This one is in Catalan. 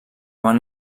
van